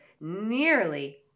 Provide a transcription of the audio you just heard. nearly